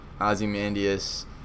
ozymandias